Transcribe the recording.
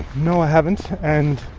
no, i haven't, and